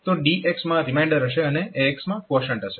તો DX માં remainder હશે અને AX માં ક્વોશન્ટ હશે